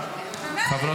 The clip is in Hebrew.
זה --- כן,